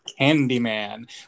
Candyman